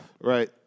Right